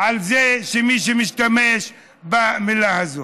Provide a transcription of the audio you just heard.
על מי שמשתמש במילה הזאת.